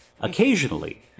Occasionally